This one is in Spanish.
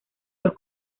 los